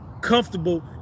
comfortable